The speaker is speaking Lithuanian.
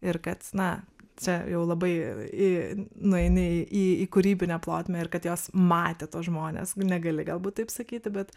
ir kad na čia jau labai i nueini į į į kūrybinę plotmę ir kad jos matė tuos žmones negali galbūt taip sakyti bet